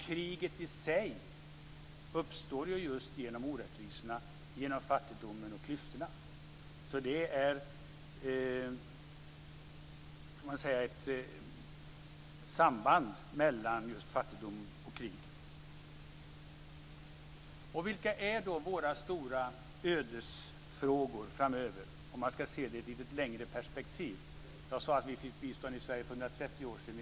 Kriget i sig uppstår just genom orättvisorna, genom fattigdomen och klyftorna. Det finns ett samband mellan fattigdom och krig. Vilka är då våra stora ödesfrågor framöver? Man ska se frågan i ett längre perspektiv. Jag sade att Sverige fick bistånd för 130 år sedan.